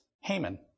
Haman